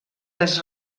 les